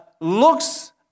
looks